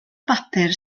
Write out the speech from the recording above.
bapur